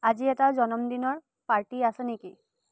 আজি এটা জনমদিনৰ পাৰ্টি আছে নেকি